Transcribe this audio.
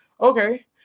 okay